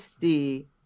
see